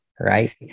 right